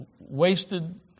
wasted